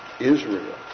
Israel